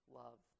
love